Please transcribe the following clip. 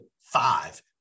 five